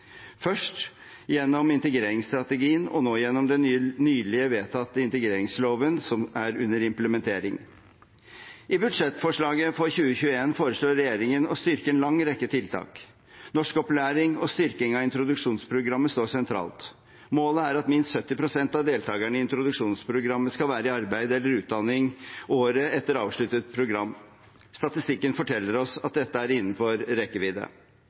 først gjennom integreringsstrategien og nå gjennom den nylig vedtatte integreringsloven, som er under implementering. I budsjettforslaget for 2021 foreslår regjeringen å styrke en lang rekke tiltak. Norskopplæring og styrking av introduksjonsprogrammet står sentralt. Målet er at minst 70 pst. av deltakerne i introduksjonsprogrammet skal være i arbeid eller utdanning året etter avsluttet program. Statistikken forteller oss at dette er innenfor rekkevidde,